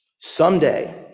Someday